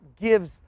gives